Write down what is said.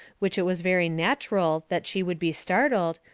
which it was very natcheral that she would be startled,